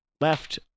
left